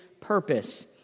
purpose